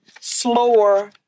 slower